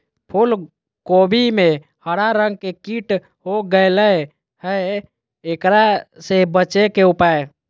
फूल कोबी में हरा रंग के कीट हो गेलै हैं, एकरा से बचे के उपाय?